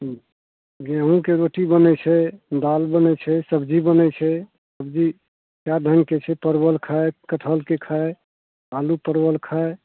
की गेहूॅंके रोटी बनै छै दालि बनै छै सब्जी बनै छै सब्जी कए ढँगके छै परबल खाय कठहलके खाय आलू परबल खाय